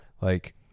like-